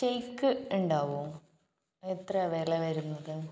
shake ഉണ്ടാവോ എത്രയാണ് വില വരുന്നത്